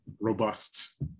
Robust